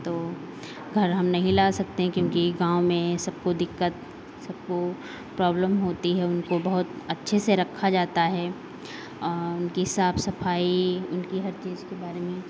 तो घर हम नहीं ला सकते हैं क्योंकि गाँव में सबको दिक्कत सबको प्रॉब्लम होती है उनको बहुत अच्छे से रखा जाता है उनकी साफ सफाई उनकी हर चीज़ के बारे में